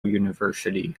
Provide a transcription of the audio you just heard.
university